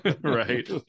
right